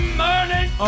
morning